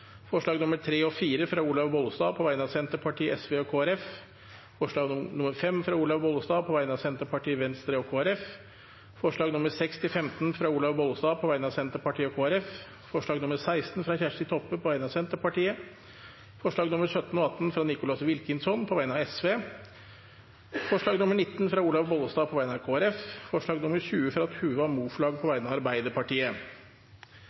forslag nr. 5, fra Olaug V. Bollestad på vegne av Senterpartiet, Venstre og Kristelig Folkeparti forslagene nr. 6–15, fra Olaug V. Bollestad på vegne av Senterpartiet og Kristelig Folkeparti forslag nr. 16, fra Kjersti Toppe på vegne av Senterpartiet forslagene nr. 17 og 18, fra Nicholas Wilkinson på vegne av Sosialistisk Venstreparti forslag nr. 19, fra Olaug V. Bollestad på vegne av Kristelig Folkeparti forslag nr. 20, fra Tuva Moflag på